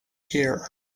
here